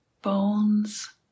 Bones